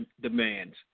demands